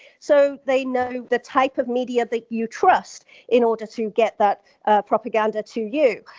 so, they know the type of media that you trust in order to get that ah propaganda to you.